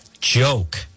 Joke